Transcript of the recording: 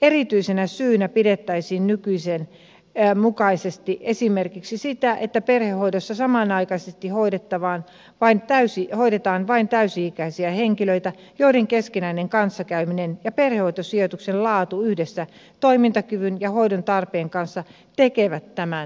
erityisenä syynä pidettäisiin nykyisen mukaisesti esimerkiksi sitä että perhehoidossa samanaikaisesti hoidetaan vain täysi ikäisiä henkilöitä joiden keskinäinen kanssakäyminen ja perhehoitosijoituksen laatu yhdessä toimintakyvyn ja hoidon tarpeen kanssa tekevät tämän mahdolliseksi